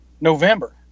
november